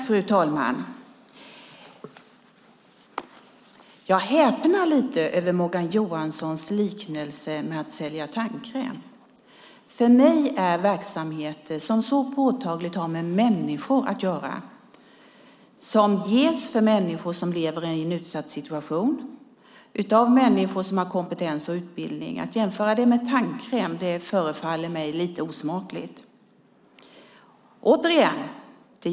Fru talman! Jag häpnar över Morgan Johanssons liknelse med att sälja tandkräm. Det här är verksamheter som så påtagligt har med människor att göra, som ges för människor som lever i en utsatt situation av människor som har kompetens och utbildning. Att jämföra det med tandkräm förefaller mig lite osmakligt.